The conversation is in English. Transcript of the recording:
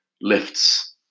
lifts